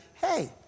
Hey